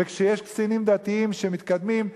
וכשיש קצינים דתיים שמתקדמים,